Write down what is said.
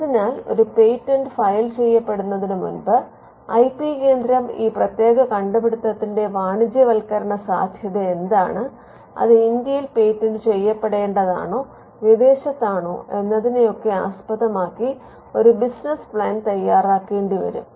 അതിനാൽ ഒരു patent file ചെയ്യുന്നതിനുമുമ്പ് ഐ പി കേന്ദ്രം ഈ പ്രത്യേക കണ്ടുപിടുത്തത്തിന്റെ വാണിജ്യവത്ക്കരണ സാധ്യതയെന്താണ് അത് ഇന്ത്യയിൽ പേറ്റന്റ് ചെയ്യപ്പെടേണ്ടതാണോ വിദേശത്താണോ എന്നതിനെയൊക്കെ ആസ്പദമാക്കി ഒരു ബിസിനസ് പ്ലാൻ തയ്യാറാക്കേണ്ടി വരും